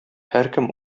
һәркем